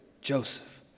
Joseph